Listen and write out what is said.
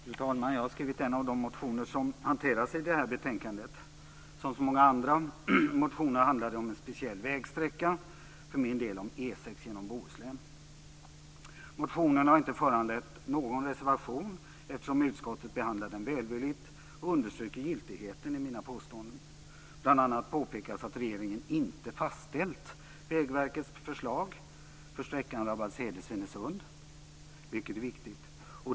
Fru talman! Jag har väckt en av de motioner som hanteras i det här betänkandet. Som så många andra motioner handlar den om en speciell vägsträcka, för min del om E 6 genom Bohuslän. Motionen har inte föranlett någon reservation, eftersom utskottet behandlat den välvilligt och understryker giltigheten i mina påståenden. Bl.a. påpekas att regeringen inte fastställt Vägverkets förslag för sträckan Rabbalshede-Svinesund, vilket är viktigt.